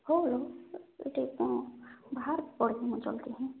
ହଉଲୋ ଏଠି ହଁ ବାହର ପଡ଼ିବି ଜଲଦି